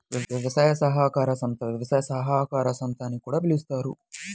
వ్యవసాయ సహకార సంస్థ, వ్యవసాయ సహకార సంస్థ అని కూడా పిలుస్తారు